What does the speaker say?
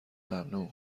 ممنوع